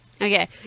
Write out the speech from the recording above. okay